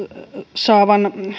saavan